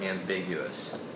ambiguous